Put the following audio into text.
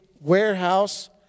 warehouse